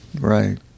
Right